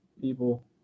people